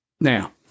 Now